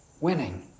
winning